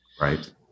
right